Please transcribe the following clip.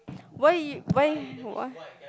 why why why